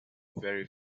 very